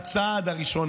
הצעד השני